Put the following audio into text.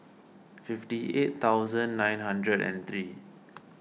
fifty eight thousand nine hundred and three